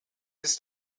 ist